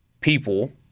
people